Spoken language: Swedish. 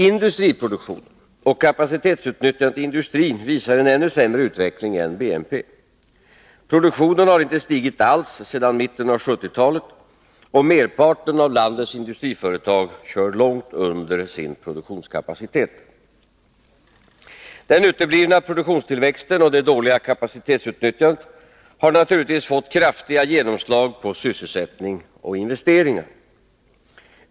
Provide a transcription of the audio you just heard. Industriproduktionen och kapacitetsutnyttjandet i industrin visar en ännu sämre utveckling än BNP. Produktionen har inte stigit alls sedan mitten av 1970-talet, och merparten av landets industriföretag kör långt under sin produktionskapacitet. Den uteblivna produktionstillväxten och det dåliga kapacitetsutnyttjandet har naturligtvis fått kraftiga genomslag på sysselsättning och investeringar.